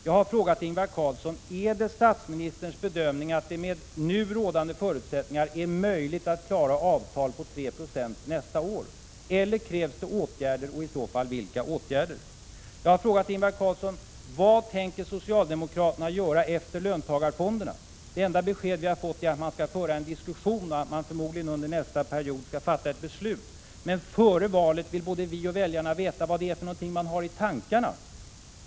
Jag har frågat statsminister Ingvar Carlsson om det är hans bedömning att det med nu rådande förutsättningar är möjligt att genomföra en avtalsrörelse med endast 3 96 löneökningar nästa år eller om det krävs åtgärder och vilka de i så fall är. Jag har vidare frågat Ingvar Carlsson vad socialdemokraterna tänker göra efter löntagarfonderna. Det enda besked vi har fått är att man skall föra en diskussion och att man under nästa period förmodligen skall fatta ett beslut. Men både vi och väljarna vill före valet veta vad det är för någonting man har i tankarna.